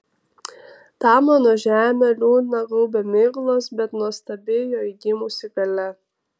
tą mano žemę liūdną gaubia miglos bet nuostabi joj gimusi galia